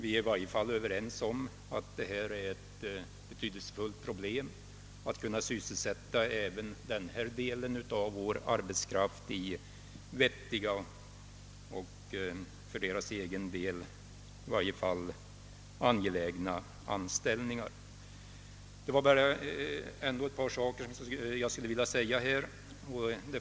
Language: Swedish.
I varje fall är vi överens om att det är ett betydelsefullt problem hur man skall kunna sysselsätta även den arbetskraft det här gäller i vettiga och för individerna själva angelägna anställningar. Men det är ändå ett par saker jag vill säga något om.